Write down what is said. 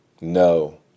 no